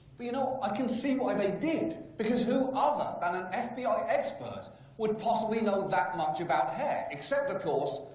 you know, i can see why they did. because who other than an fbi expert would possibly know that much about hair. except of course,